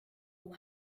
will